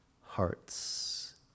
hearts